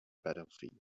battlefield